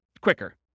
quicker